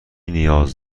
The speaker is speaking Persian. نیاز